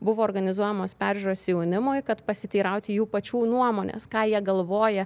buvo organizuojamos peržiūros jaunimui kad pasiteirauti jų pačių nuomonės ką jie galvoja